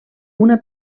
una